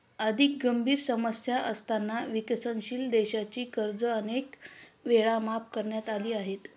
अधिक गंभीर समस्या असताना विकसनशील देशांची कर्जे अनेक वेळा माफ करण्यात आली आहेत